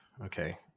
okay